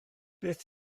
beth